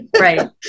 Right